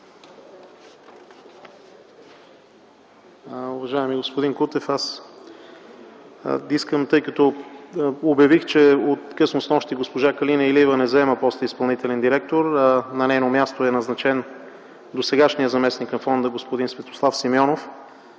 Уважаеми господин Кутев, обявих, че от късно снощи госпожа Калина Илиева не заема поста „изпълнителен директор”. На нейно място е назначен досегашният заместник на фонда господин Светослав Симеонов